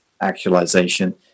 actualization